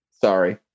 Sorry